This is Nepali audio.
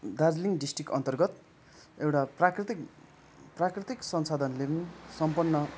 दार्जिलिङ डिस्ट्रिक्ट अन्तर्गत एउटा प्राकृतिक प्राकृतिक संसाधनले पनि सम्पन्न